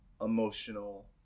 emotional